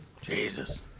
Jesus